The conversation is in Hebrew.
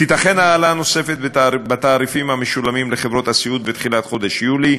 תיתכן העלאה נוספת בתעריפים המשולמים לחברות הסיעוד בתחילת חודש יולי,